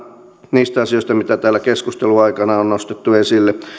niistä asioista mitä täällä keskustelun aikana on nostettu esille